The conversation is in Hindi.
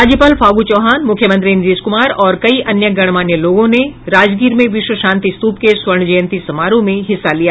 राज्यपाल फागू चौहान मुख्यमंत्री नीतिश कुमार और कई अन्य गणमान्य लोगों ने राजगीर में विश्व शान्ति स्तूप के स्वर्ण जयंती समारोह में हिस्सा लिया